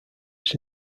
its